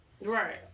Right